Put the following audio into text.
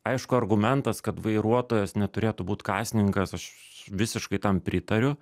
aišku argumentas kad vairuotojas neturėtų būt kasininkas aš visiškai tam pritariu